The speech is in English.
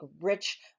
rich